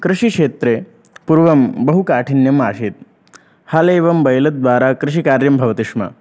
कृषिक्षेत्रे पूर्वं बहुकाठिन्यम् आसीत् हलम् एवं बैलद्वारा कृषिकार्यं भवति स्म